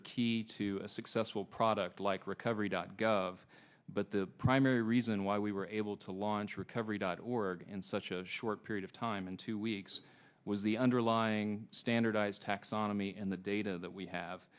are key to a successful product like recovery but the primary reason why we were able to launch recovery dot org in such a short period of time in two weeks was the underlying standardized taxonomy and the data that we have